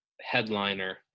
headliner